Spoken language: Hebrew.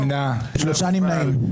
הצבעה לא אושרה נפל.